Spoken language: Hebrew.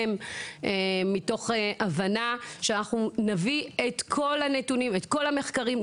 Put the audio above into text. מתוך הבנה שאנחנו נביא את כל הנתונים ואת כל המחקרים.